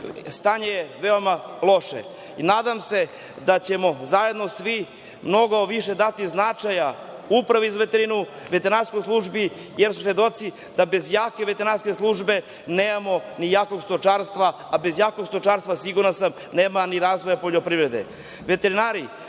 stanje je veoma loše. Nadam se da ćemo svi zajedno mnogo više dati značaja Upravi za veterinu, veterinarskoj službi, jer smo svedoci da bez jake veterinarske službe nemamo ni jako stočarstvo, a bez jakog stočarstva siguran sam da nema ni razvoja poljoprivrede. Veterinari,